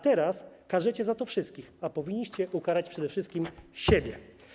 Teraz karzecie za to wszystkich, a powinniście ukarać przede wszystkim siebie.